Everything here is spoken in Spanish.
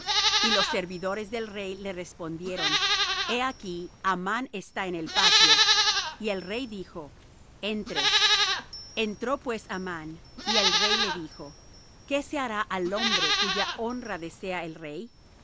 y los servidores del rey le respondieron he aquí amán está en el patio y el rey dijo entre entró pues amán y el rey le dijo qué se hará al hombre cuya honra desea el rey